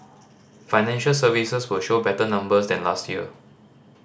financial services will show better numbers than last year